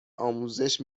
آموزش